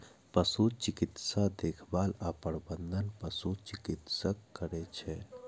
पशु चिकित्सा देखभाल आ प्रबंधन पशु चिकित्सक करै छै